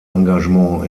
engagement